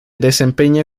desempeña